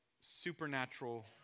supernatural